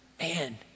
man